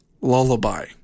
lullaby